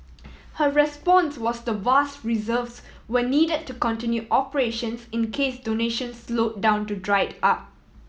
her response was the vast reserves were needed to continue operations in case donations slowed down to dried up